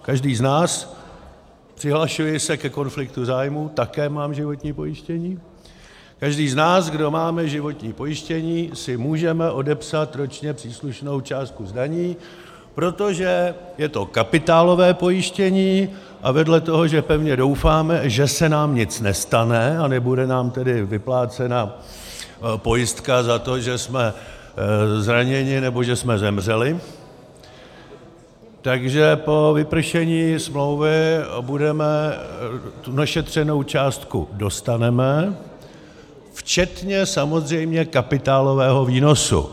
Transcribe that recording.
Každý z nás přihlašuji se ke konfliktu zájmů, také mám životní pojištění každý z nás, kdo máme životní pojištění, si můžeme odepsat ročně příslušnou částku z daní, protože je to kapitálové pojištění, a vedle toho, že doufáme, že se nám nic nestane, a nebude nám tedy vyplácena pojistka za to, že jsme zraněni nebo že jsme zemřeli, že po vypršení smlouvy tu našetřenou částku dostaneme včetně samozřejmě kapitálového výnosu.